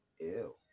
ew